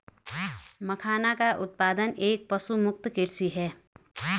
मखाना का उत्पादन एक पशुमुक्त कृषि है